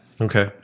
Okay